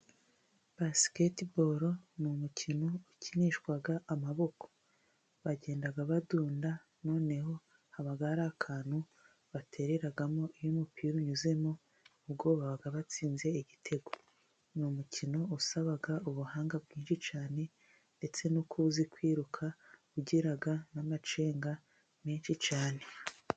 Basiketiboro ni umukino ukinishwa amaboko, bagenda badunda noneho haba hari akantu batereramo, iyo umupira unyuzemo ubwo baba batsinze igitego, ni umukino usaba ubuhanga bwinshi cyane, ndetse no kuba uzi kwiruka, ugira n'amacenga menshi cyane.